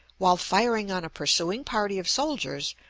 while firing on a pursuing party of soldiers,